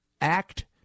act